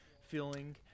feeling